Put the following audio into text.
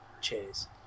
Cheers